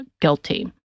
guilty